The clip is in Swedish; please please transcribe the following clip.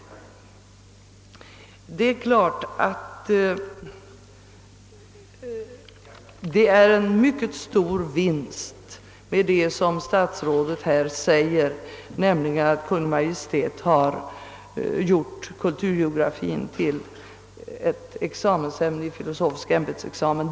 Givetvis är det en mycket stor vinst att, såsom statsrådet påpekar, Kungl. Maj:t har gjort kulturgeografien till examensämne i filosofie ämbetsexamen.